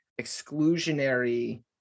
exclusionary